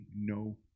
no